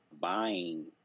buying